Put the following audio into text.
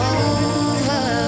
over